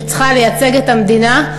שצריכה לייצג את המדינה,